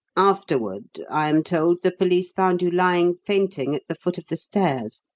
afterward, i am told, the police found you lying fainting at the foot of the stairs.